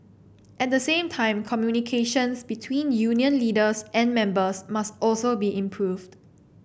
at the same time communications between union leaders and members must also be improved